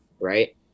Right